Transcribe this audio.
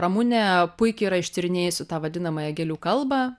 ramunė puikiai yra ištyrinėjusių tą vadinamąją gėlių kalbą